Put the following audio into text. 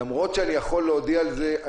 למרות שאני יכול להודיע על זה,